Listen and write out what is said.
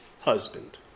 husband